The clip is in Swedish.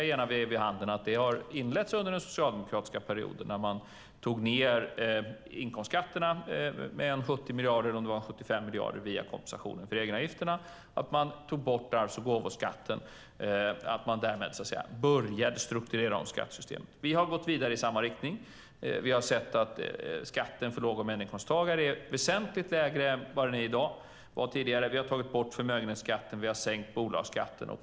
Under den socialdemokratiska perioden sänktes inkomstskatterna med 70 miljarder - eller om det var 75 miljarder - via kompensation för egenavgifterna. Man tog också bort arvs och gåvoskatten. Man började alltså strukturera om skattesystemet. Vi har gått vidare i samma riktning. Skatten för låg och medelinkomsttagare är väsentligt lägre i dag. Vi har tagit bort förmögenhetsskatten och sänkt bolagsskatten.